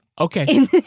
Okay